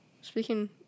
speaking